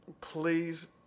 Please